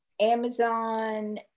Amazon